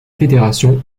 fédération